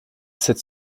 sept